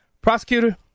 Prosecutor